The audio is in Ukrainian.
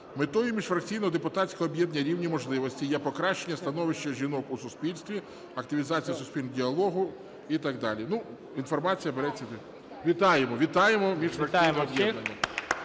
Метою Міжфракційного депутатського об'єднання "Рівні можливості" є покращення становища жінок у суспільстві, активізація суспільного діалогу і так далі. Ну, інформація береться… Вітаємо, вітаємо міжфракційне об'єднання.